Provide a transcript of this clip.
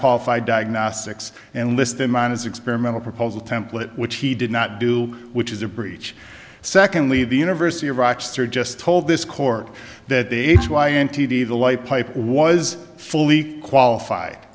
qualified diagnostics and list in mind as experimental proposal template which he did not do which is a breach secondly the university of rochester just told this court that the h y n t v the lightpipe was fully qualified